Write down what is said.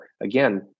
again